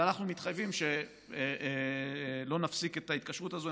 אנחנו מתחייבים שלא נפסיק את ההתקשרות הזאת.